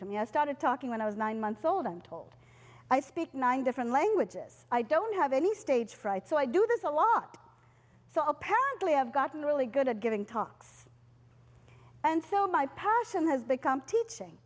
to me i started talking when i was nine months old i'm told i speak nine different languages i don't have any stage fright so i do this a lot so i apparently have gotten really good at giving talks and so my passion has become teaching